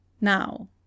Now